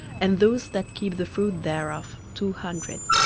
and those that keep the fruit thereof two hundred.